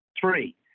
Three